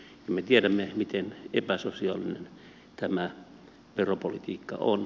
me tiedämme miten epäsosiaalinen tämä veropolitiikka on